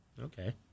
Okay